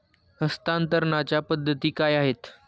हस्तांतरणाच्या पद्धती काय आहेत?